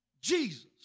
Jesus